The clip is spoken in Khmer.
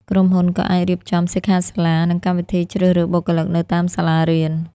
ក្រុមហ៊ុនក៏អាចរៀបចំ សិក្ខាសាលា និងកម្មវិធីជ្រើសរើសបុគ្គលិកនៅតាមសាលារៀន។